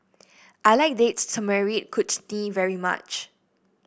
I like Date Tamarind Chutney very much